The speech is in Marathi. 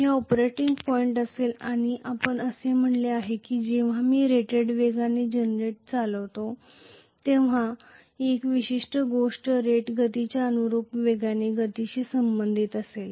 हे ऑपरेटिंग पॉईंट असेल आणि आपण असे म्हटले आहे की जेव्हा मी रेटेड वेगाने जनरेटर चालवितो तेव्हा ही विशिष्ट गोष्ट रेट गतीच्या अनुरुप वेगवान गतीशी संबंधित असेल